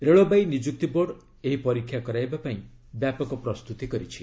ରେଳବାଇ ନିଯୁକ୍ତି ବୋର୍ଡ ଏହି ପରୀକ୍ଷା କରାଇବା ପାଇଁ ବ୍ୟାପକ ପ୍ରସ୍ତୁତି କରିଛି